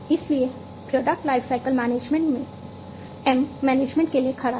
इसलिए product life cycle management M management के लिए खड़ा है